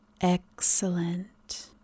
Excellent